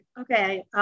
okay